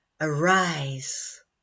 arise